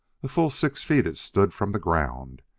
a full six feet it stood from the ground,